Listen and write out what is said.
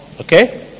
okay